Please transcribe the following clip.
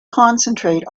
concentrate